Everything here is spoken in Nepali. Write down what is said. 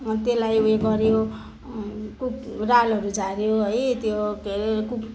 त्यसलाई उयो गऱ्यो रालहरू झाऱ्यो है त्यो के हरे